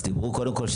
אז דיברו קודם כול,